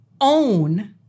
own